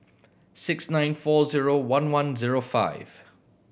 six nine four zero one one zero five